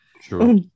Sure